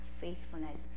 faithfulness